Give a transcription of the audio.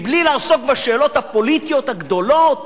בלי לעסוק בשאלות הפוליטיות הגדולות